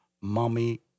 Mommy